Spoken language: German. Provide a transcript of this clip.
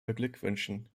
beglückwünschen